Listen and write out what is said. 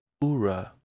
Ura